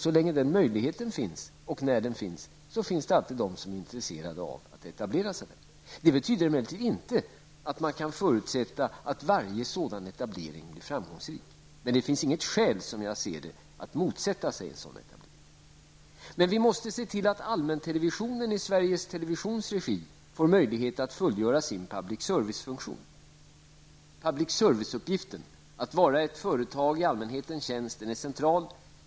Så länge den möjligheten finns, finns det alltid de som är intresserade av att etablera sig. Det betyder emellertid inte att man kan förutsätta att varje sådan etablering skall bli framgångsrik, men det finns som jag ser det inget skäl att motsätta sig en sådan etablering. Vi måste dock se till att allmäntelevisionen i Sveriges Televisions regi får möjlighet att fullgöra sin public service-funktion. Public serviceuppgiften, att vara ett företag i allmänhetens tjänst, är central.